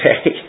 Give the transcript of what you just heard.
Okay